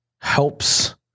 helps